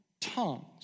tongues